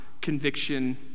conviction